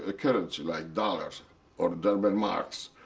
ah currency, like dollars or german marks